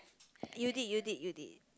you did you did you did